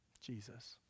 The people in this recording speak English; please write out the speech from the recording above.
Jesus